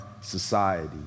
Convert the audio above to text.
society